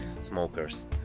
Smokers